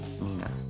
Nina